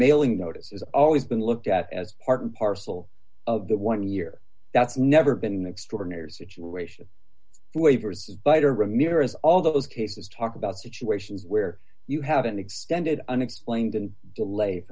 mailing notices always been looked at as part and parcel of the one year that's never been extraordinary situation waivers biter ramirez all those cases talk about situations where you have an extended unexplained and delay